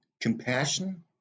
compassion